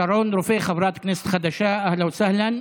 שרון רופא, חברת כנסת חדשה, אהלן וסהלן.